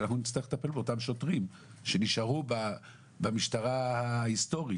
שאנחנו נצטרך לטפל באותם שוטרים שנשארו במשטרה ההיסטורית,